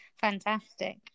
Fantastic